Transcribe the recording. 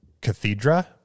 cathedra